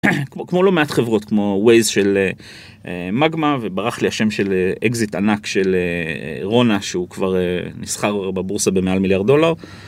כמו לא מעט חברות כמו ווייז של מגמה, וברח לי השם של אקזיט ענק של א.. רונה שהוא כבר א.. נסחר בבורסה במעל מיליארד דולר...